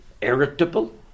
irritable